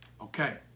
Okay